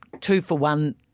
two-for-one